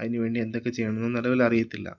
അതിന് വേണ്ടി എന്തൊക്കെ ചെയ്യണമെന്നോ ന്ന നിലവിൽ അറിയത്തില്ല